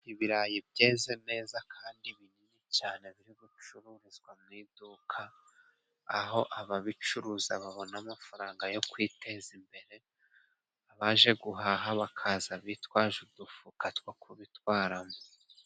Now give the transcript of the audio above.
Ibirayi byeze neza kandi binini cyane biri gucururizwa mu iduka, aho ababicuruza babona amafaranga yo kwiteza imbere, abaje guhaha bakaza bitwaje udufuka two kubitwaramo.